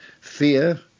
fear